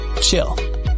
chill